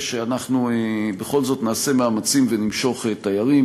שבכל זאת נעשה מאמצים ונמשוך תיירים.